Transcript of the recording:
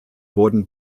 wurden